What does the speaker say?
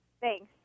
Thanks